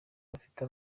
bafite